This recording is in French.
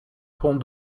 pont